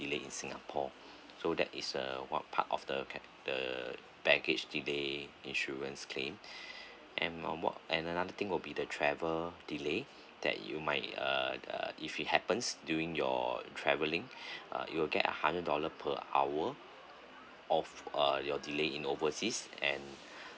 delay in singapore so that is uh one part of the cat~ the baggage delay insurance claim and one and another thing will be the travel delays that you might uh uh if it happens during your travelling uh you will get hundred dollar per hour of uh your delay in overseas and